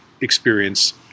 experience